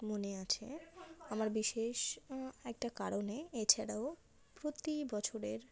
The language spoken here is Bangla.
মনে আছে আমার বিশেষ একটা কারণে এছাড়াও প্রতি বছরের